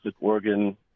organ